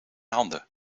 handen